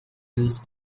use